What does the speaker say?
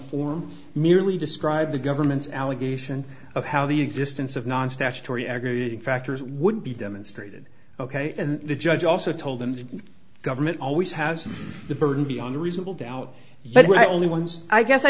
form merely describe the government's allegation of how the existence of non statutory aggravating factors would be demonstrated ok and the judge also told them the government always has the burden beyond a reasonable doubt but we're only ones i guess i